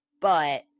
but-